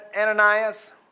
Ananias